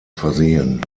versehen